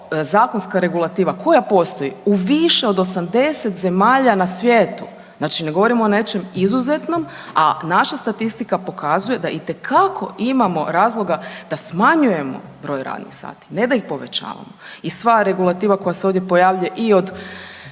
zakonska regulativa koja postoji u više od 80 zemalja na svijetu. Znači ne govorim o nečem izuzetnom, a naša statistika pokazuje da itekako imamo razloga da smanjujemo broj radnih sati. Ne da ih povećavamo i sva regulativa koja se ovdje pojavljuje i od